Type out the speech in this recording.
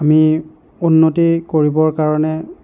আমি উন্নতি কৰিবৰ কাৰণে